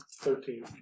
Thirteen